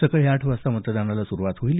सकाळी आठ वाजता मतदानाला सुरुवात होईल